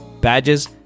badges